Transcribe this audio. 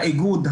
האיגוד,